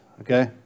okay